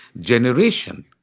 generation